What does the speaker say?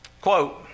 Quote